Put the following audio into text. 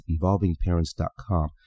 involvingparents.com